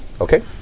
Okay